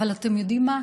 אבל אתם יודעים מה?